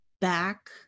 back